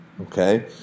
Okay